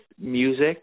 music